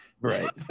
right